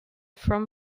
from